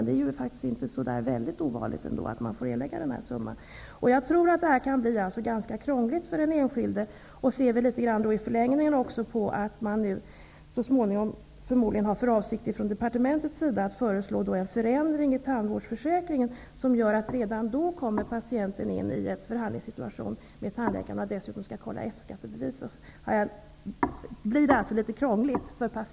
Det är inte så ovanligt. Detta kan bli ganska krångligt för den enskilde. Departementet har förmodligen för avsikt att föreslå en förändring i tandvårdsförsäkringen, som gör att patienten hamnar i en förhandlingssituation med tandläkaren. Skall patienten dessutom kontrollera F-skattebeviset blir det litet krångligt.